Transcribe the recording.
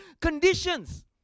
Conditions